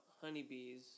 honeybees